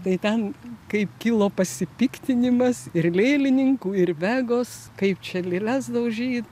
tai ten kaip kilo pasipiktinimas ir lėlininkų ir vegos kaip čia lėles daužyt